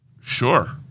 sure